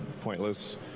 pointless